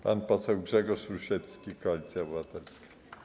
Pan poseł Grzegorz Rusiecki, Koalicja Obywatelska.